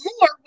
more